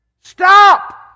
Stop